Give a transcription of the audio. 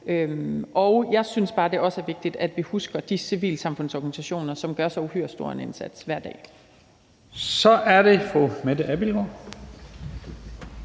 Jeg synes bare, det også er vigtigt, at vi husker de civilsamfundsorganisationer, som gør så uhyre stor en indsats hver dag. Kl. 12:33 Første næstformand